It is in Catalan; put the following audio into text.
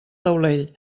taulell